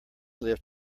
lift